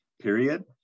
period